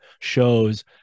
shows